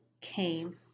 came